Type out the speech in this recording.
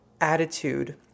attitude